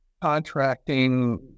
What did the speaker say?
contracting